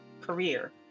career